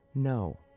no.